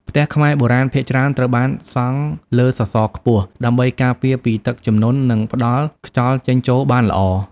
ផ្ទះខ្មែរបុរាណភាគច្រើនត្រូវបានសង់លើសសរខ្ពស់ ដើម្បីការពារពីទឹកជំនន់ និងផ្តល់ខ្យល់ចេញចូលបានល្អ។